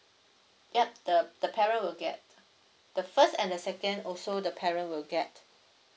yup the the parent will get the first and the second also the parent will get